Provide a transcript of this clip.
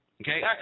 Okay